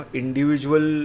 individual